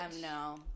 No